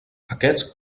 aquests